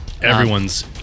Everyone's